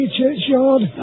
churchyard